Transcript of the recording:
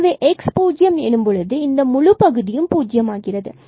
எனவே x பூஜ்ஜியம் எனும் பொழுது இந்த முழு பகுதியும் பூஜ்ஜியம் ஆகிறது